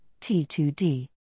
T2D